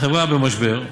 החברה במשבר,